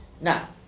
Now